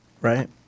Right